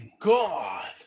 God